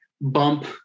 bump